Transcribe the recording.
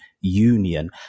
union